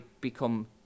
become